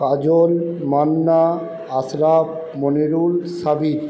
Kajal Manna Hasrat Monirul Shabib